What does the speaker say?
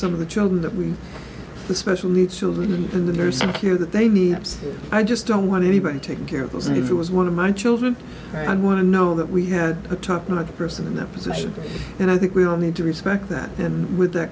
some of the children that we the special needs children and the nurse and care that they need i just don't want anybody taking care of those and if it was one of my children i'm going to know that we had a top notch person in that position and i think we all need to respect that and with th